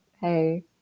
hey